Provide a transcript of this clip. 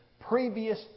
previous